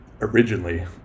originally